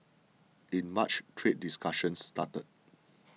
in March trade discussions start